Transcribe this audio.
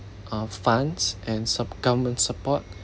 uh funds and sup~ government support